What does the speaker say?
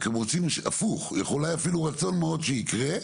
אתם יכולים הפוך, אולי אפילו רצון מאוד שיקרה,